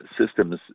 systems